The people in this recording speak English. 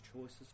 choices